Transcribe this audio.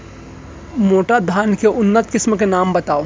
मोटा धान के उन्नत किसिम के नाम बतावव?